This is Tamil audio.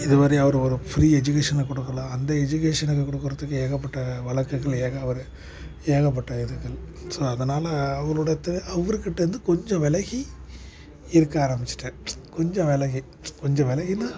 இதுவரையும் அவர் ஒரு ஃப்ரி எஜுகேஸனை கொடுக்கல அந்த எஜுகேஸனுக்கு கொடுக்கிறதுக்கு ஏகப்பட்ட வழக்குகள் ஏக அவர் ஏகப்பட்ட இதுகள் ஸோ அதனால் அவரோட த அவருக்கிட்டேயிருந்து கொஞ்சம் விலகி இருக்க ஆரம்பிச்சுட்டேன் கொஞ்சம் விலகி கொஞ்சம் விலகினா